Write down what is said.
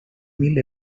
mil